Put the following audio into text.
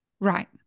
Right